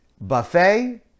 buffet